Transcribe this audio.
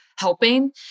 Helping